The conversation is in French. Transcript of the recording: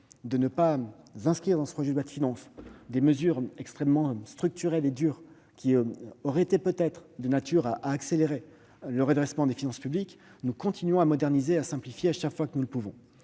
de ne pas inscrire dans ce projet de loi de finances des mesures extrêmement structurées et dures, qui auraient peut-être été de nature à accélérer le redressement des finances publiques, nous continuons à moderniser et à simplifier à chaque fois que nous le pouvons.